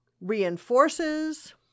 reinforces